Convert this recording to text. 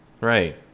Right